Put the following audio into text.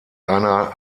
einer